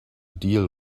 deal